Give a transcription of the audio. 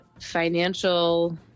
financial